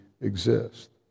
exist